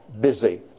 busy